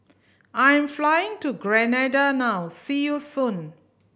I'm flying to Grenada now see you soon